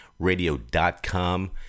radio.com